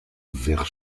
vers